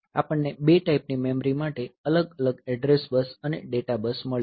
આપણને બે ટાઈપની મેમરી માટે અલગ અલગ એડ્રેસ બસ અને ડેટા બસ મળી છે